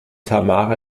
tamara